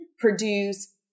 produce